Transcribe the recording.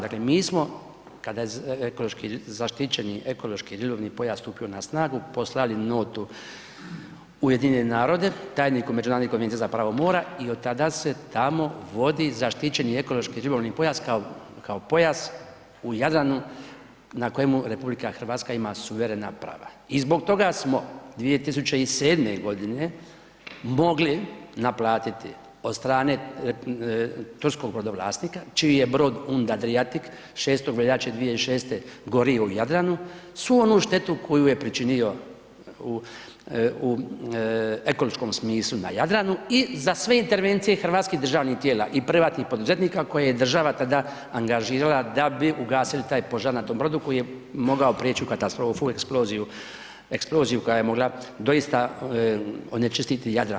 Dakle, mi smo kada je zaštićeni ekološki ribolovni pojas stupio na snagu, poslali notu u UN, tajniku međunarodne Konvencije za pravo mora i od tada se tamo vodi zaštićeni ekološki ribolovni pojas kao pojas u Jadranu na kojemu RH ima suverena prava i zbog toga smo 2007. g. mogli naplatiti od strane turskog brodovlasnika čiji je brod ... Adriatic 6. veljače 2006. gorio u Jadranu, svu onu štetu koju je pričinio u ekološkom smislu na Jadranu i za sve intervencije hrvatskih državnih tijela, i privatnih poduzetnika koje je država tada angažirala da bi ugasili taj požar na tom brodu koji je mogao prijeći u katastrofu, eksploziju koja je mogla doista onečistiti Jadran.